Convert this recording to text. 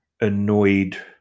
annoyed